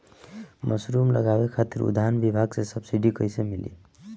Mushroom लगावे खातिर उद्यान विभाग से सब्सिडी कैसे मिली?